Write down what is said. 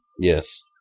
Yes